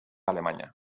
alemanya